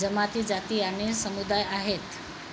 जमाती जाती आणि समुदाय आहेत